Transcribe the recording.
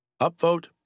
Upvote